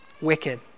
wicked